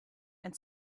and